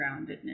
groundedness